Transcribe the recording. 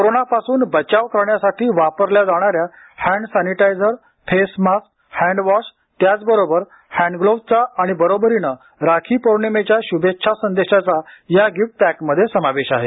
कोरोनापासून बचाव करण्यासाठी वापरल्या जाणाऱ्या हॅन्ड सॅनिटायझर फेसमास्क हँडवॉश त्याचबरोबर हँडग्लोव्हजचा आणि बरोबरीने राखी पौर्णिमेच्या श्भेच्छा संदेशाचा या गिफ्ट पॅकमध्ये समावेश आहे